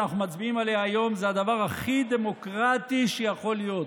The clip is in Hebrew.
שאנחנו מצביעים עליה היום זה הדבר הכי דמוקרטי שיכול להיות.